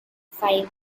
five